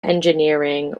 engineering